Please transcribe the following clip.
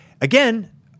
Again